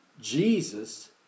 Jesus